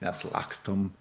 mes lakstom